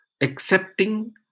accepting